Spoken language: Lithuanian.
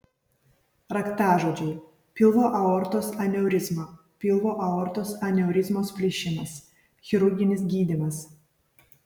raktažodžiai pilvo aortos aneurizma pilvo aortos aneurizmos plyšimas chirurginis gydymas